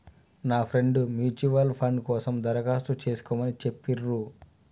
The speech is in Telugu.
నా ఫ్రెండు ముచ్యుయల్ ఫండ్ కోసం దరఖాస్తు చేస్కోమని చెప్పిర్రు